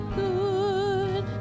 good